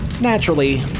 Naturally